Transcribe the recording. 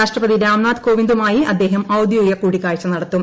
രാഷ്ട്രപതി രാംനാഥ് കോവിന്ദുമായി അദ്ദേഹം ഔദ്യോഗിക കൂടിക്കാഴ്ച നടത്തും